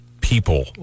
people